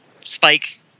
Spike